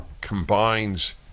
combines